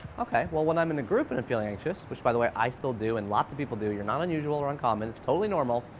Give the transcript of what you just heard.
okay. well when i'm in a group and i'm feeling anxious, which by the way i still do and lots of people do, you're not unusual or uncommon, it's totally normal,